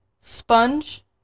Sponge